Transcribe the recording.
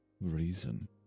reason